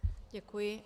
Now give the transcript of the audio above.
Děkuji.